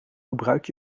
gebruik